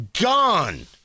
gone